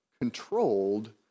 controlled